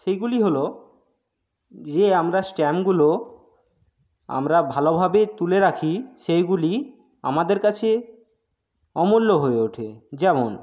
সেইগুলি হল যে আমরা স্ট্যাম্পগুলো আমরা ভালোভাবে তুলে রাখি সেইগুলি আমাদের কাছে অমূল্য হয়ে ওঠে যেমন